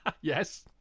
Yes